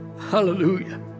Hallelujah